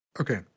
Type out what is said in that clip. Okay